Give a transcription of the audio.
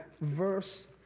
verse